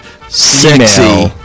sexy